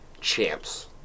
champs